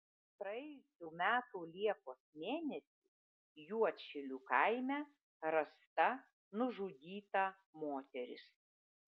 praėjusių metų liepos mėnesį juodšilių kaime rasta nužudyta moteris